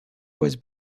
was